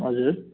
हजुर